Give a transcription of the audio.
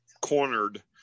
cornered